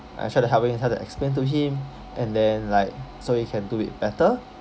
I try to him I try to explain to him and then like so he can do it better